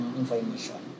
information